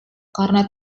karena